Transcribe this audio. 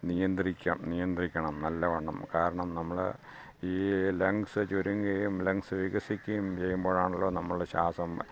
നിയന്ത്രിക്കാം നിയന്ത്രിക്കണം നല്ലവണ്ണം കാരണം നമ്മൾ ഈ ലങ്ങ്സ് ചുരുങ്ങുകയും ലങ്ങ്സ് വികസിക്കുകയും ചെയ്യുമ്പോഴാണല്ലോ നമ്മൾ ശ്വാസം